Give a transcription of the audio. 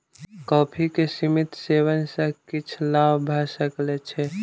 coffee के सीमित सेवन सॅ किछ लाभ भ सकै छै